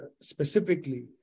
specifically